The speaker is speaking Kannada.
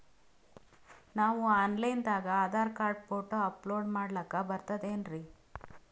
ನಾವು ಆನ್ ಲೈನ್ ದಾಗ ಆಧಾರಕಾರ್ಡ, ಫೋಟೊ ಅಪಲೋಡ ಮಾಡ್ಲಕ ಬರ್ತದೇನ್ರಿ?